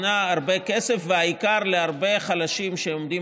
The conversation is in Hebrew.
הרי המחלה הקשה הזו נובעת הן ממאפיינים